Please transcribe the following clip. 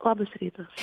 labas rytas